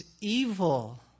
evil